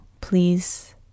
Please